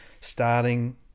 starting